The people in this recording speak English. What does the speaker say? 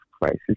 crisis